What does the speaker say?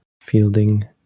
fielding